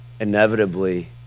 Inevitably